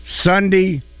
Sunday